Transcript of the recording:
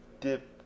dip